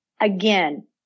Again